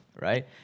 right